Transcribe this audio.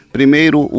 Primeiro